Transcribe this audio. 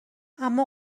اما